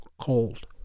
cold